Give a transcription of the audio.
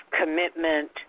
commitment